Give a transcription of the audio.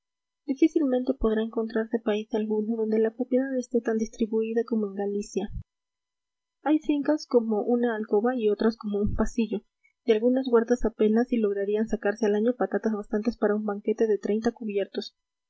difícilmente podrá encontrarse país alguno donde la propiedad esté tan distribuida como en galicia hay fincas como una alcoba y otras como un pasillo de algunas huertas apenas si lograrían sacarse al año patatas bastantes para un banquete de treinta cubiertos